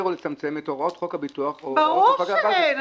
או לצמצם את הוראות חוק הביטוח..." --- ברור שאין,